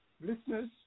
listeners